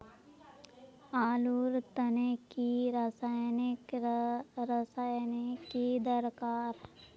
आलूर तने की रासायनिक रासायनिक की दरकार?